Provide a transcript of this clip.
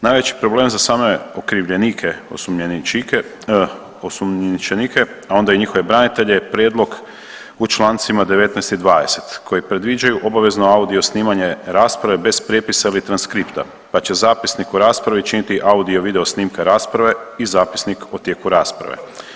Najveći problem za same okrivljenike, osumnjičenike a onda i njihove branitelje prijedlog u člancima 19. i 20. koji predviđaju obavezno audio snimanje rasprave bez prijepisa ili transkripta, pa će zapisnik o raspravi činiti audio video snimka rasprave i zapisnik o tijeku rasprave.